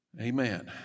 Amen